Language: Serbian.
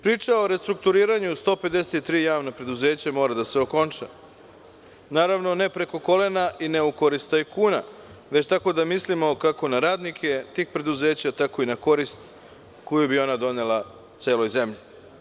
Priča o restrukturiranju 153 javna preduzeća mora da se okonča, naravno, ne preko kolena i ne u korist tajkuna, već tako da mislimo kako na radnike tih preduzeća, tako i na korist koju bi ona donela celoj zemlji.